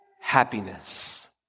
happiness